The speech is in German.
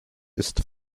ist